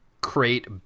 create